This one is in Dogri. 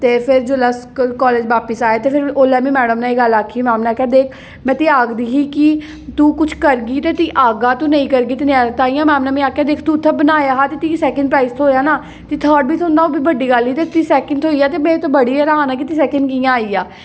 ते फिर जिसलै कॉलेज बापस आए ते फिर उसलै मीं मैड़म ने एह् गल्ल आक्खी मैडम ने आखेआ दिक्ख में तुई आखदी ही कि तूं कुछ करगी ते तुगी औगा तूं नेईं करगी ते नेईं औग ताइंयै मीं मैडम ने तूं इत्थै बनाया हा ते तुगी सैकंड प्राइज थ्होआ न ते थर्ड बी थ्होंदा होग बी बड्डी गल्ल ही मीं सैकंड थ्होई गेआ ते में ते बड़ी गै रहान हा कि मीं सैकंड कि'यां आई गेआ